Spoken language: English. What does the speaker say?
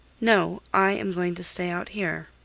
no i am going to stay out here.